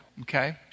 okay